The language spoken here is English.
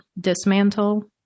dismantle